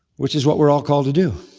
which is what we're all called to do.